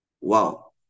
Wow